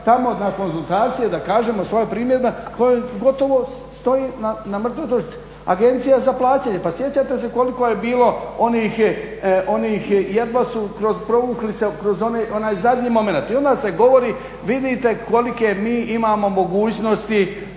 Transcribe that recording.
tamo na konzultacije da kažemo svoje primjedbe koja gotovo stoji na mrtvoj točci. Agencija na plaćanje, pa sjećate se koliko je bilo onih jedva su provukli kroz onaj zadnji momenat. I onda se govori, vidite kolike mi imamo mogućnosti